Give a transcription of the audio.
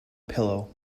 pillow